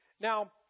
Now